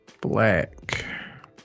Black